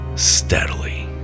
Steadily